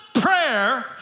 prayer